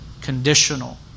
Conditional